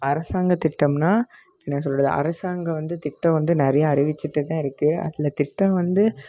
அரசாங்கம் திட்டம்னா என்ன சொல்கிறது அரசாங்கம் வந்து திட்டம் வந்து நிறையா அறிவிச்சுட்டு தான் இருக்குது அதில் திட்டம் வந்து